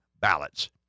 ballots